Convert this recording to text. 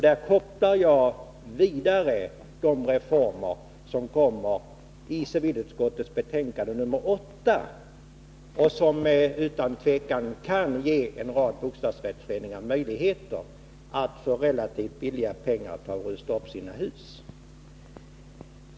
Där kopplar jag vidare till de reformer som behandlas i civilutskottets betänkande nr 8 och som utan tvivel kan ge en rad bostadsrättsföreningar möjligheter att för relativt billiga pengar rusta upp sina hus.